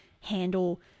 handle